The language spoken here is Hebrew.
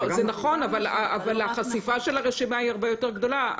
אבל החשיפה של הרשימה היא הרבה יותר גדולה.